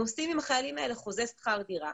הם עושים עם החיילים האלה חוזה שכר דירה.